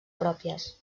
pròpies